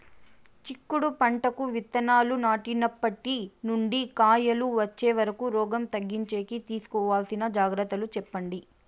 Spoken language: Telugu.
చిక్కుడు పంటకు విత్తనాలు నాటినప్పటి నుండి కాయలు వచ్చే వరకు రోగం తగ్గించేకి తీసుకోవాల్సిన జాగ్రత్తలు చెప్పండి?